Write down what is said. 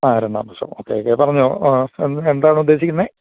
ആ രണ്ടാം വർഷം ഓക്കെ ഓക്കെ പറഞ്ഞോ എന്താണ് ഉദ്ദേശിക്കുന്നത്